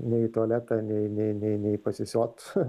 nei į tualetą nei nei nei pasisiot